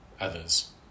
others